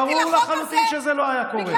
ברור לחלוטין שזה לא היה קורה.